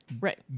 right